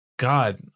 God